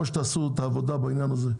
או שתעשו את העבודה בעניין הזה,